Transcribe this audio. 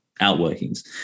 outworkings